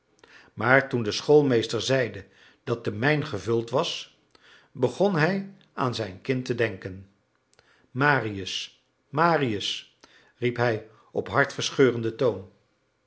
maar toen de schoolmeester zeide dat de mijn gevuld was begon hij aan zijn kind te denken marius marius riep hij op hartverscheurenden toon